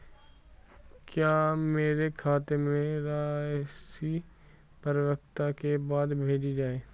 क्या मेरे खाते में राशि परिपक्वता के बाद भेजी जाएगी?